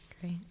Great